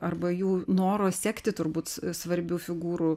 arba jų noro sekti turbūt svarbių figūrų